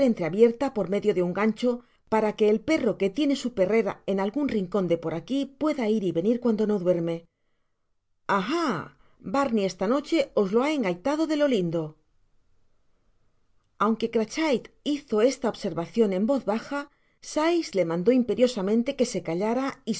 entreabierta por medio de un gancho para que el perro que tiene su perrera en algun rincon de por aqui pueda ir y venir cuando no duerme ah ah darney esta ndche os lo ha engaitado de lo lindo aun que crachit hizo esta observacion en voz baja sikes le mandó imperiosamente que se callara